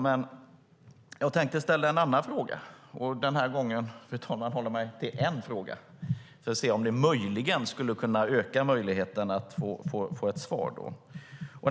Men jag tänkte ställa en annan fråga, och denna gång ska jag, fru talman, hålla mig till en fråga, för att se om möjligheten att få ett svar ökar.